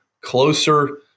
closer